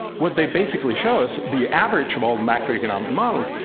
what they basically show us, the average of all macroeconomic models,